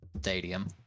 stadium